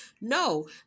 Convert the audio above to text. No